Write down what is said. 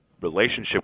relationship